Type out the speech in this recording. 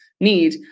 need